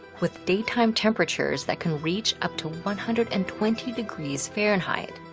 with daytime temperatures that can reach up to one hundred and twenty degrees fahrenheit.